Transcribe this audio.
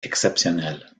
exceptionnel